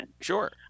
Sure